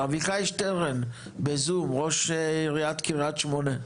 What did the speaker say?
אביחי שטרן בזום, ראש עיריית קריית שמונה.